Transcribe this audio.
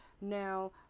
Now